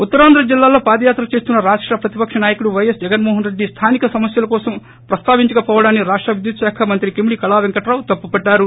ఉత్తరాంధ్ర జిల్లాల్లో పాదయాత్ర చేస్తున్న రాష్ట ప్రతిపక నాయకుడు వైఎస్ జగన్మోహన్రెడ్డి స్థానిక సమస్యల కోసం ప్రస్తావించకపోవడాన్ని రాష్ట విద్యుత్ శాఖ మంత్రి కిమిడి కళా పెంకటారావు తప్పుపట్టారు